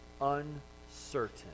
uncertain